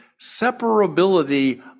separability